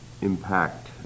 impact